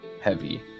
heavy